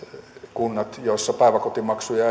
kunnat joissa päiväkotimaksuja